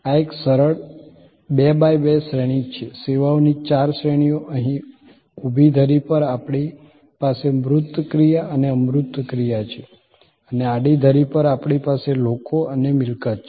આ એક સરળ 2 બાય 2 શ્રેણિક છે સેવાઓની ચાર શ્રેણીઓ અહીં ઊભી ધરી પર આપણી પાસે મૂર્ત ક્રિયા અને અમૂર્ત ક્રિયા છે અને આડી ધરી પર આપણી પાસે લોકો અને મિલકત છે